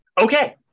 okay